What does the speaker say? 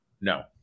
No